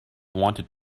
wanted